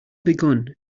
begun